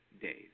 days